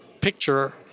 picture